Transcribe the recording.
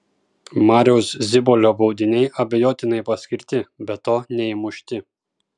mariaus zibolio baudiniai abejotinai paskirti be to neįmušti